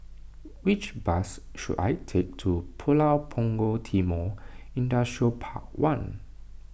which bus should I take to Pulau Punggol Timor Industrial Park one